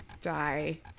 die